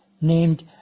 named